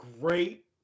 Great